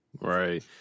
Right